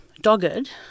dogged